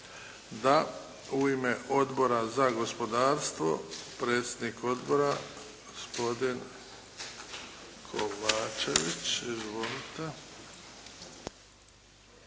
Da. U ime Odbora za gospodarstvo predsjednik Odbora gospodin Kovačević. Izvolite.